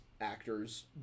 actors